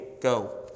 Go